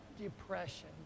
depression